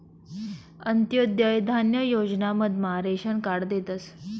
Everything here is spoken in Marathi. अंत्योदय धान्य योजना मधमा रेशन कार्ड देतस